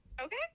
Okay